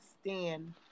stand